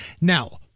Now